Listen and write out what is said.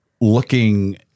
looking